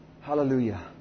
Hallelujah